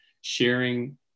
sharing